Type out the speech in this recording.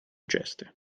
ceste